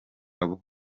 abo